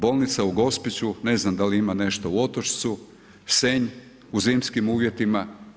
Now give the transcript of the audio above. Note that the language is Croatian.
Bolnica u Gospiću, ne znam da li ima nešto u Otočcu, Senj, u zimskim uvjetima.